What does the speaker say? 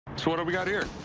so what have we got here?